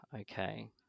okay